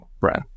brand